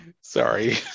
sorry